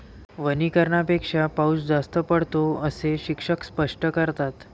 वनीकरणापेक्षा पाऊस जास्त पडतो, असे शिक्षक स्पष्ट करतात